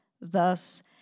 Thus